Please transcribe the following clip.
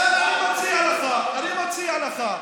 לכן אני מציע לך, אני מציע לך,